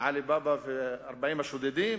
עלי בבא ו-40 השודדים,